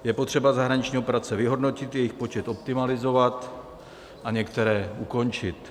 Je potřeba zahraniční operace vyhodnotit, jejich počet optimalizovat a některé ukončit.